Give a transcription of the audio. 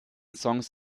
songs